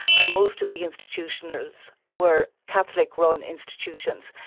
and most of the institutions were catholic-run institutions.